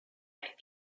might